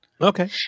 Okay